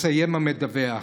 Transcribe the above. מסיים המדווח.